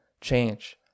change